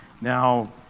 Now